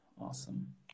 Awesome